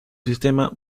sistema